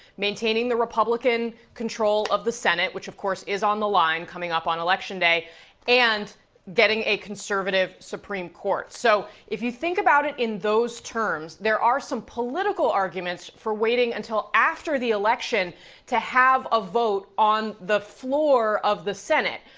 maintaining the republican control of the senate which, of course, is on the line coming up on election day and getting a conservative supreme court. so if you think about it in those terms there are some political arguments for waiting until after the election to have a vote on the floor of the senate.